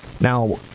Now